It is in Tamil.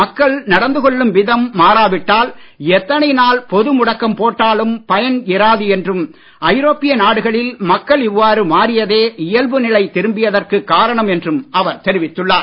மக்கள் நடந்து கொள்ளும் விதம் மாறா விட்டால் எத்தனை நாள் பொது முடக்கம் போட்டாலும் பயன் இராது என்றும் ஐரோப்பிய நாடுகளில் மக்கள் இவ்வாறு மாறியதே இயல்பு நிலை திரும்பியதற்கு காரணம் என்றும் அவர் தெரிவித்துள்ளார்